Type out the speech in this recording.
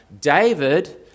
David